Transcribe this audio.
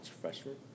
freshman